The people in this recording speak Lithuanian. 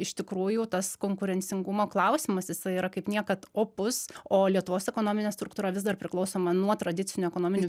iš tikrųjų tas konkurencingumo klausimas jisai yra kaip niekad opus o lietuvos ekonominė struktūra vis dar priklausoma nuo tradicinių ekonominių